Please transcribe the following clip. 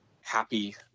happy